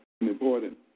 important